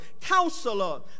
counselor